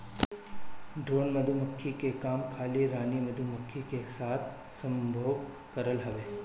drone मधुमक्खी के काम खाली रानी मधुमक्खी के साथे संभोग करल हवे